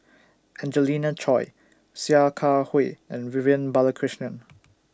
Angelina Choy Sia Kah Hui and Vivian Balakrishnan